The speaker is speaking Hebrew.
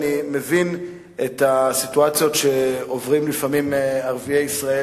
אני מבין את הסיטואציות שעוברים לפעמים ערביי ישראל